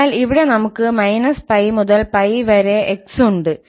അതിനാൽ ഇവിടെ നമുക്ക് −𝜋 മുതൽ 𝜋 വരെ x ഉണ്ട്